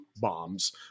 bombs